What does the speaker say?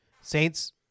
Saints